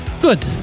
Good